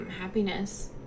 happiness